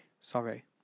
Sorry